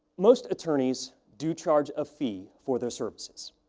most attorneys do charge a fee for their services,